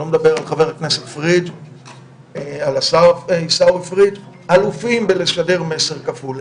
אני לא מדבר על השר עיסאווי פריג' אלופים בלשדר מסר כפול.